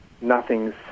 nothing's